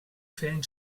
fällen